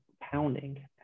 pounding